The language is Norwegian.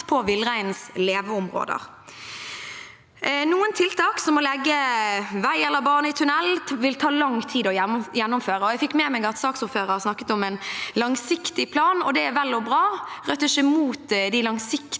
på villreinens leveområder. Noen tiltak, som å legge vei eller bane i tunell, vil ta lang tid å gjennomføre. Jeg fikk med meg at saksordføreren snakket om en langsiktig plan, og det er vel og bra. Rødt er ikke mot de langsiktige